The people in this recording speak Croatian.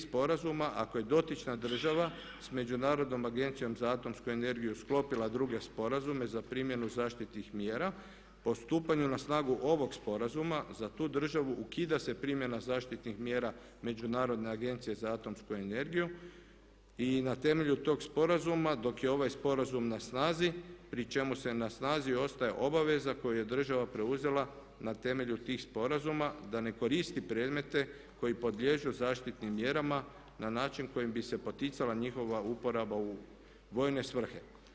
Sporazuma ako je dotična država s Međunarodnom agencijom za atomsku energiju sklopila druge sporazume za primjenu zaštitnih mjera po stupanju na snagu ovog Sporazuma za tu državu ukida se primjena zaštitnih mjera Međunarodne agencije za atomsku energiju i na temelju tog sporazuma dok je ovaj Sporazum na snazi pri čemu se na snazi ostaje obaveza koju je država preuzela na temelju tih sporazuma da ne koristi predmete koji podliježu zaštitnim mjerama na način kojim bi se poticala njihova uporaba u vojne svrhe.